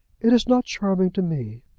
it is not charming to me.